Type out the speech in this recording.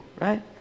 right